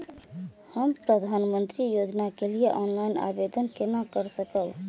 हम प्रधानमंत्री योजना के लिए ऑनलाइन आवेदन केना कर सकब?